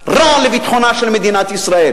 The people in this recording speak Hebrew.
רע לביטחונה של מדינת ישראל.